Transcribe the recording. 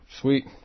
Sweet